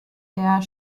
der